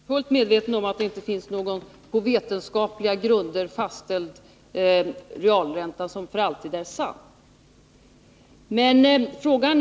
Herr talman! Jag är fullt medveten om att det inte finns någon på vetenskapliga grunder fastställd realränta som för alltid är den rätta.